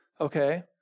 Okay